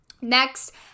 Next